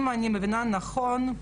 אם אני מבינה נכון,